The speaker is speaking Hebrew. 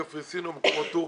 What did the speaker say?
בקפריסין או בתורכיה.